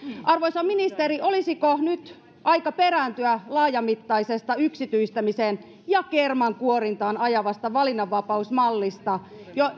arvoisa ministeri olisiko nyt aika perääntyä laajamittaisesta yksityistämiseen ja kermankuorintaan ajavasta valinnanvapausmallista